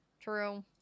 True